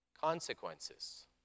consequences